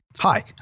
Hi